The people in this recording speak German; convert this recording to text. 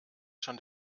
schon